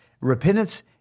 repentance